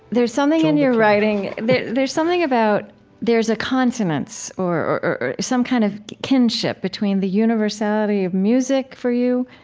there's something in your writing that there's something about there's a consonance, or or some kind of kinship between the universality of music for you,